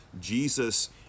Jesus